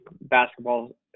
basketball